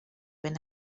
ben